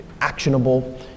actionable